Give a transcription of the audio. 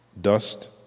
Dust